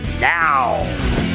now